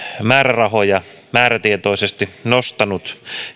määrärahoja määrätietoisesti nostanut